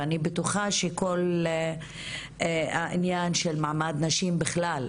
ואני בטוחה שכל העניין של מעמד נשים בכלל,